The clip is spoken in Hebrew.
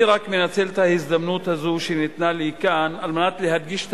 אני רק מנצל את ההזדמנות הזו שניתנה לי כאן על מנת להדגיש את